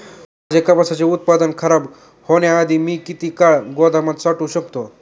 माझे कापसाचे उत्पादन खराब होण्याआधी मी किती काळ गोदामात साठवू शकतो?